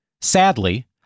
Sadly